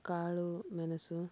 ಕಾಳುಮೆಣಸು